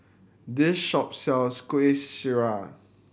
this shop sells Kuih Syara